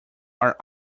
are